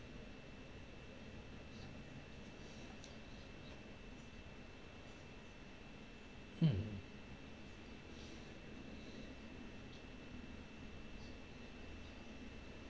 mm